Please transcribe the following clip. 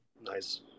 Nice